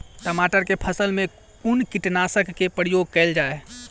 टमाटर केँ फसल मे कुन कीटनासक केँ प्रयोग कैल जाय?